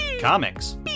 comics